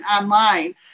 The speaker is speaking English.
online